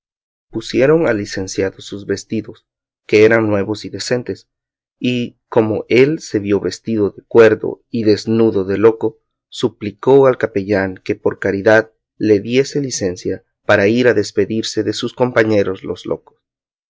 pusieron al licenciado sus vestidos que eran nuevos y decentes y como él se vio vestido de cuerdo y desnudo de loco suplicó al capellán que por caridad le diese licencia para ir a despedirse de sus compañeros los locos